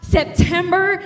September